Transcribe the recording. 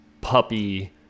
puppy